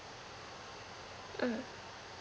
mm